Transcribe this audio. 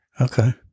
okay